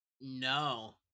No